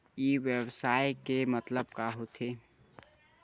ई व्यवसाय के मतलब का होथे?